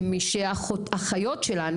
כמי שאחיות שלה,